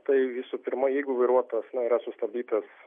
tai visų pirma jeigu vairuotojas na yra sustabdytas